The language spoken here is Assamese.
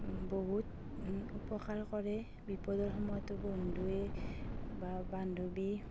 বহুত উপকাৰ কৰে বিপদৰ সময়ত বন্ধুৱে বা বান্ধৱী